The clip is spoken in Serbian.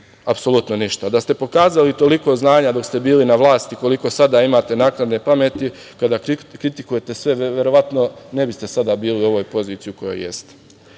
apsolutno ništa. Da ste pokazali toliko znanja dok ste bili na vlasti koliko sada imate naknadne pameti kada kritikujete sve, verovatno ne biste sada bili u ovoj poziciji u kojoj jeste. Ako